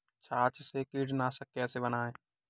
छाछ से कीटनाशक कैसे बनाएँ?